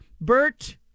Bert